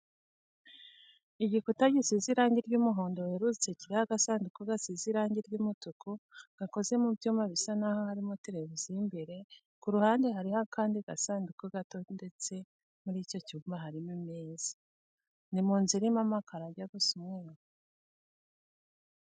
Igikuta gisize irange ry'umuhondo werurutse kiriho agasanduku gasize irange ry'umutuku gakoze mu byuma bisa n'aho harimo tereviziyo imbere, ku ruhande hariho akandi gasanduku gato ndetse muri icyo cyumba harimo imeza. Ni mu nzu irimo amakaro ajya gusa umweru.